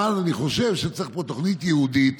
אבל אני חושב שצריך פה תוכנית ייעודית,